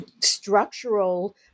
structural